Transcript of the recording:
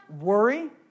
Worry